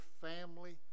family